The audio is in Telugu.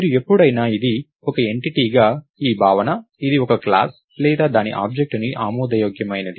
మీరు ఎప్పుడైనా ఇది ఒక ఎంటిటీగా ఈ భావన ఇది ఒక క్లాస్ లేదా దాని ఆబ్జెక్ట్ అని ఆమోదయోగ్యమైనది